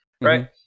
right